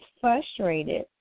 frustrated